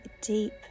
deep